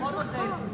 בוא נודה.